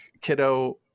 kiddo